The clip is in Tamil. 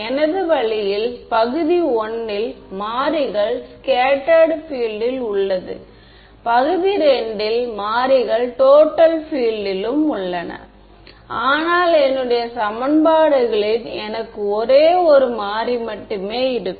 எனவே இவர்களுக்கு பொதுவானது என்னவாக இருக்கும்